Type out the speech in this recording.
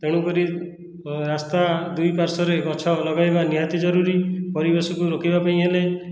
ତେଣୁ କରି ରାସ୍ତା ଦୁଇ ପାର୍ଶ୍ଵରେ ଗଛ ଲଗାଇବା ନିହାତି ଜରୁରୀ ପରିବେଶକୁ ରୋକିବା ପାଇଁ ହେଲେ